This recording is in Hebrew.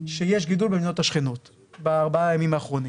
שיש גידול במדינות השכנות בארבעה ימים האחרונים.